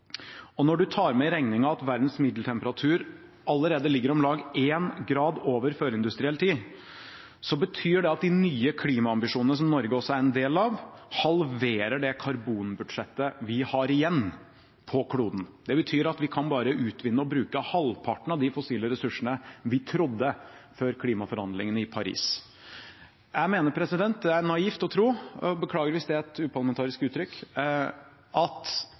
at verdens middeltemperatur allerede ligger om lag 1 grad over førindustriell tid, så betyr det at de nye klimaambisjonene som Norge også er en del av, halverer det karbonbudsjettet vi har igjen på kloden. Det betyr at vi bare kan utvinne og bruke halvparten av de fossile ressursene vi trodde før klimaforhandlingene i Paris. Jeg mener det er naivt å tro – jeg beklager hvis det er et uparlamentarisk uttrykk – at